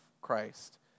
Christ